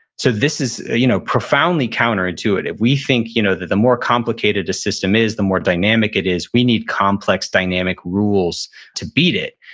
so this is you know profoundly counterintuitive. we think you know that the more complicated a system is, the more dynamic it is, we need complex dynamic rules to beat it,